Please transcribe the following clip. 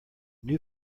new